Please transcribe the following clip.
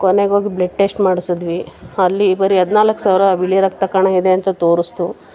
ಕೊನೆಗೋಗಿ blood test ಮಾಡಿಸಿದ್ವಿ ಅಲ್ಲಿ ಬರೀ ಹದ್ನಾಲ್ಕು ಸಾವಿರ ಬಿಳಿ ರಕ್ತ ಕಣ ಇದೆ ಅಂತ ತೋರಿಸಿತು